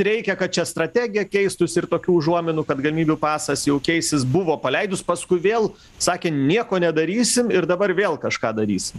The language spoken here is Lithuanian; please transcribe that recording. reikia kad čia strategija keistųs ir tokių užuominų kad galimybių pasas jau keisis buvo paleidus paskui vėl sakė nieko nedarysim ir dabar vėl kažką darysim